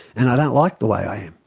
and i don't like the way i am.